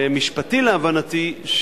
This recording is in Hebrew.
משפטי להבנתי,